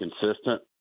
consistent